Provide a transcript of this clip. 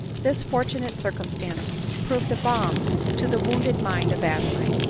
this fortunate circumstance proved a balm to the wounded mind of adeline.